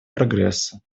прогресса